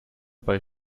bei